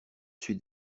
suis